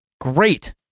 great